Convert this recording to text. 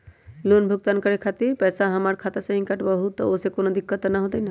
Loan भुगतान करे के खातिर पैसा हमर खाता में से ही काटबहु त ओसे कौनो दिक्कत त न होई न?